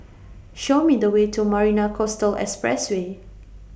Show Me The Way to Marina Coastal Expressway